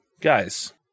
guys